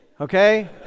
okay